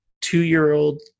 two-year-old